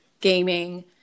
gaming